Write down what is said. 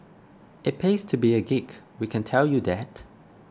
it pays to be a geek we can tell you that